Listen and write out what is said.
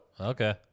Okay